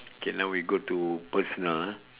okay now we go to personal